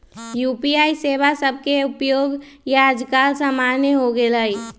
UPI सेवा सभके उपयोग याजकाल सामान्य हो गेल हइ